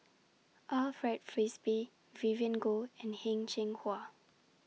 Alfred Frisby Vivien Goh and Heng Cheng Hwa